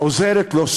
עוזרת לו,